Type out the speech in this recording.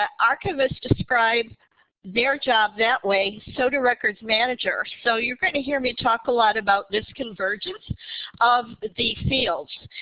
ah archivists describe their job that way. so do records managers. so you're going to hear me talk a lot about this convergence of the fields.